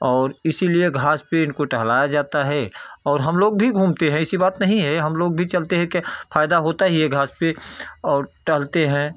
और इसीलिए घास पर इनको टहलाया जाता है और हम लोग भी घूमते है ऐसी बात नही है हम लोग भी चलते है क्या फ़ायदा होता ही है घास पर और टहलते है